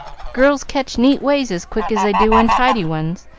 girls catch neat ways as quick as they do untidy ones,